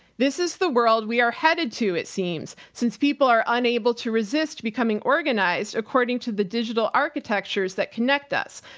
this is the world we are headed to it seems since people are unable to resist becoming organized according to the digital architectures that connect us.